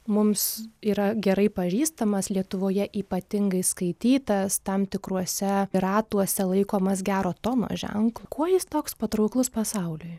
mums yra gerai pažįstamas lietuvoje ypatingai skaitytas tam tikruose ratuose laikomas gero tono ženklu kuo jis toks patrauklus pasauliui